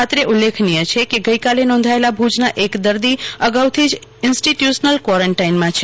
અત્રે ઉલ્લેખનીય છે કે ગઈકાલે નોંધાયલ ભૂજના એક દર્દી અગાઉથી જ ઈન્સ્ટિ ટયુશનલ કવોરોન્ટાઈનમાં છે